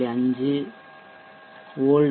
5 volt